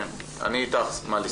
אני איתך מלי.